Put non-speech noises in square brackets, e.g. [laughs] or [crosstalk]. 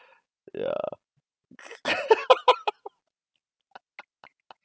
ya [laughs]